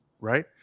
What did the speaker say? Right